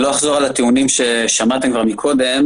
אני לא אחזור על הטיעונים ששמעתם כבר קודם.